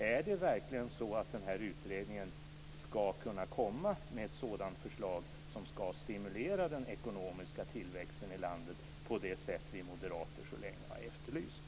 Är det verkligen så att den här utredningen ska kunna komma med ett sådant förslag som ska stimulera den ekonomiska tillväxten i landet på det sätt som vi moderater länge har efterlyst?